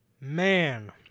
man